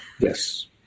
yes